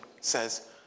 says